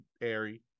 airy